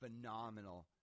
Phenomenal